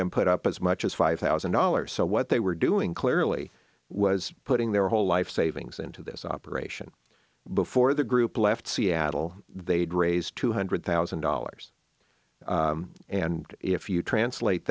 them put up as much as five thousand dollars so what they were doing clearly was putting their whole life savings into this operation before the group left seattle they'd raise two hundred thousand dollars and if you translate